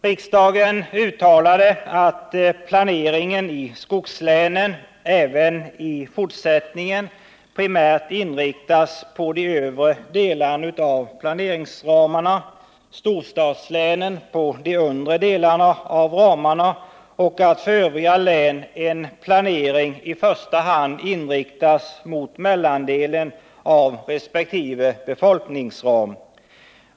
Riksdagen uttalade att planeringen i skogslänen även i fortsättningen primärt skulle inriktas på de övre delarna av planeringsramarna, storstadslänen på de undre delarna av ramarna. För övriga län skulle en planering i första hand inriktas mot mellandelen av resp. befolkningsram.